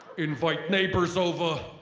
invite neighbors over.